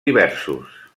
diversos